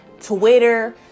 Twitter